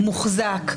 מוחזק,